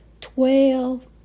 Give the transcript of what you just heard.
Twelve